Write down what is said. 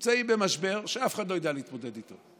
אנחנו נמצאים במשבר שאף אחד לא יודע להתמודד איתו.